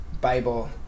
Bible